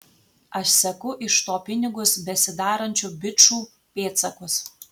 aš seku iš to pinigus besidarančių bičų pėdsakus